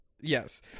Yes